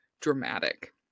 dramatic